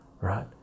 right